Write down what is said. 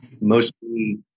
mostly